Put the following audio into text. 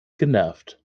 genervt